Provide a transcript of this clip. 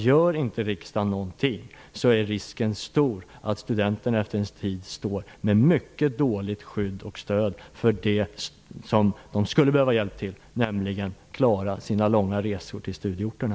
Gör inte riksdagen någonting är risken stor att studenterna efter en tid står med mycket dåligt skydd och stöd när det gäller det som de borde få hjälp med, nämligen att klara sina långa resor till studieorterna.